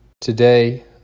Today